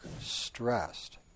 stressed